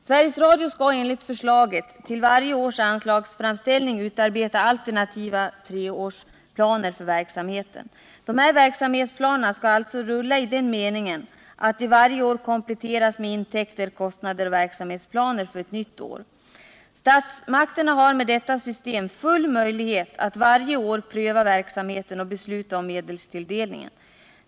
Enligt förslaget skall Sveriges Radio till varje års anslagsframställning utarbeta alternativa treårsplaner för verksamheten. Dessa verksamhetsplaner skall alltså vara rullande, i den meningen att de varje år kompletteras med intäkter, kostnader och verksamhetsplaner för ett nytt år. Statsmakterna har med detta system full möjlighet att varje år pröva verksamheten och besluta om medelstilldelningen.